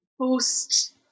post